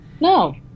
No